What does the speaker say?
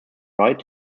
right